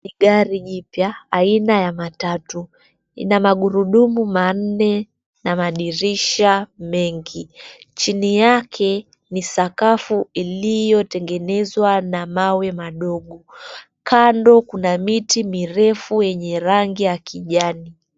Gari jipya, aina ya matatu. Ina magurdumu manne na madirisha mengi. Chini yake, ni sakafu iliyotengenezwa na mawe madogo. Kando kuna miti mirefu yenye rangi ya kijani.